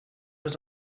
was